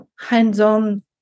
hands-on